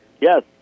Yes